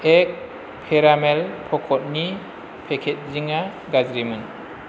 एक केरामेल पकतनि पेकेजिंआ गाज्रिमोन